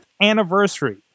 anniversary